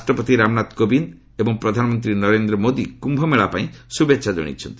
ରାଷ୍ଟ୍ରପତି ରାମନାଥ କୋବିନ୍ଦ ଏବଂ ପ୍ରଧାନମନ୍ତ୍ରୀ ନରେନ୍ଦ୍ର ମୋଦି କ୍ୟୁମେଳା ପାଇଁ ଶୁଭେଚ୍ଛା ଜଣାଇଛନ୍ତି